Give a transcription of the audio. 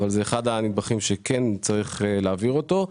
אבל הוא אחד הנדבכים שכן צריך להעביר אותו.